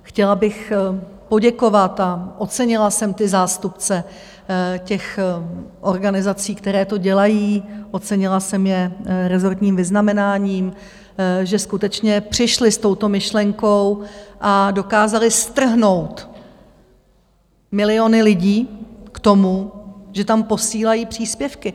Chtěla bych poděkovat a ocenila jsem zástupce organizací, které to dělají, ocenila jsem je rezortním vyznamenáním, že skutečně přišli s touto myšlenkou a dokázali strhnout miliony lidí k tomu, že tam posílají příspěvky.